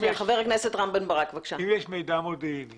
אם יש מידע מודיעיני